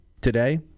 today